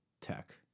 tech